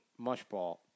mushball